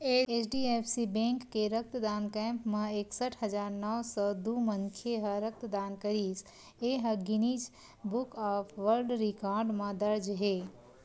HDFC bank के रक्तदान camp म एकसट हजार नव सौ दू मनखे ह रक्तदान करिस ए ह Guinness book of world record म दर्ज हे